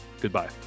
Goodbye